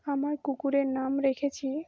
আমার কুকুরের নাম রেখেছি